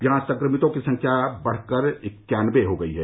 यहां संक्रमितों की संख्या बढकर इक्यानबे हो गई है